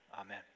Amen